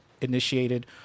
initiated